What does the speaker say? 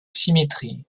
symétrie